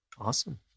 awesome